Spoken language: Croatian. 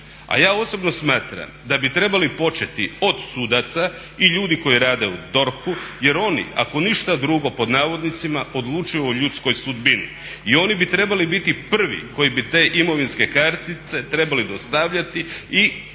A ja osobno smatram da bi trebali početi od sudaca i ljudi koji rade u DORH-u jer oni ako ništa drugo "odlučuju o ljudskoj sudbini". I oni bi trebali biti prvi koji bi te imovinske kartice trebali dostavljati i koje bi